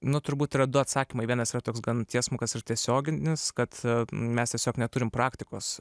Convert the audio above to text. nu turbūt yra du atsakymai vienas yra toks gana tiesmukas ir tiesioginis kad mes tiesiog neturim praktikos